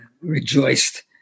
rejoiced